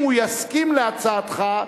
אם הוא יסכים להצעתך,